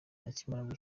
akimara